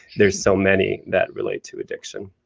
there are so many that relate to addiction.